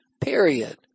period